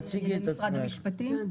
זו רק הערה קטנה לפרוטוקול.